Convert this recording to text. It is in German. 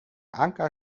anker